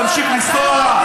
תמשיך לנסוע,